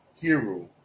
Hero